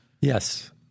Yes